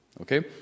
okay